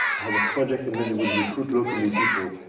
head of project, and then they would recruit locally people.